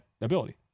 ability